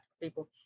people